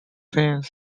since